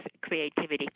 creativity